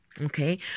okay